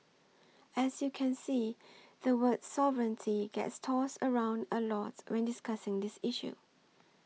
as you can see the word sovereignty gets tossed around a lot when discussing this issue